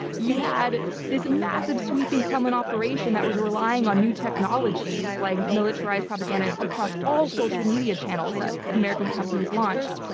you had this massive sweeping kremlin operation that was relying on new technologies, like militarized propaganda across all social media channels that american companies launched.